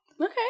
Okay